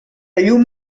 llum